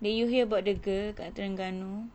did you hear about the girl kat terengganu